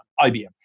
IBM